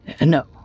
no